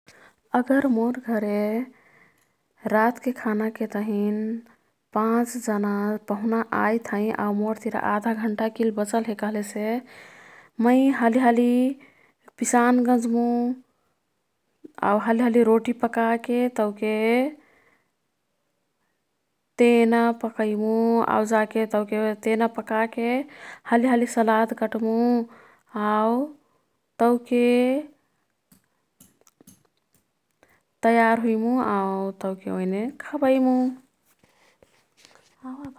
अगर मोर् घरे रातके खानाके तहिन पाँच जना पहुना आईत् हैं। आऊ मोर् तिरा आधा घण्टा किल बचल हे कह्लेसे मै हाली हाली पिसान गंन्जमु, आउ हालीहाली रोटी पकाके तौके तेना पकैमु। आउ जाके तौके तेना पकाके हालीहाली सलाद कट्मु। आउ तौके तयार हुइमु आउ तौके ओईनेन् खबैमु।